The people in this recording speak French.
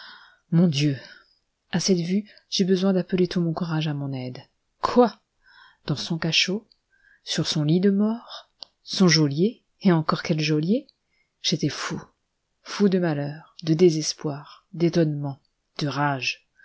mon dieu à cette vue j'eus besoin d'appeler tout mon courage à mon aide quoi dans son cachot sur son lit de mort son geôlier et encore quel geôlier j'étais fou fou de malheur de désespoir d'étonnement de rage